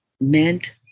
meant